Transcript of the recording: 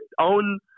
own